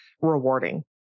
rewarding